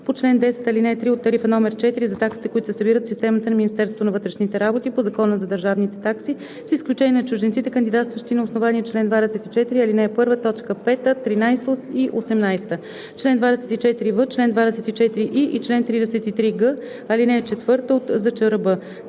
по чл. 10, ал. 3 от Тарифа № 4 за таксите, които се събират в системата на Министерството на вътрешните работи по Закона за държавните такси, с изключение на чужденците, кандидатстващи на основание чл. 24, ал. 1, т. 5, 13 и 18, чл. 24в, чл. 24и и чл. 33г, ал. 4 от ЗЧРБ; 3.